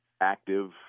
active